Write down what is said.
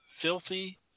Filthy